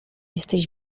jesteś